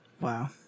Wow